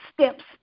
steps